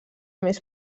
més